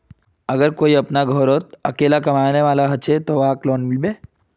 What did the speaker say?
अगर कोई अपना घोरोत अकेला कमाने वाला होचे ते वहाक लोन मिलबे?